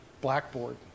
blackboard